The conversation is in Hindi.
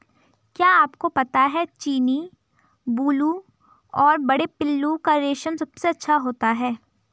क्या आपको पता है चीनी, बूलू और बड़े पिल्लू का रेशम सबसे अच्छा होता है?